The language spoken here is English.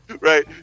Right